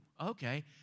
Okay